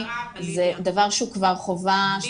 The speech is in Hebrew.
זה דבר שהוא כבר חובה --- בקצרה רק.